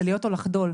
זה להיות או לחדול.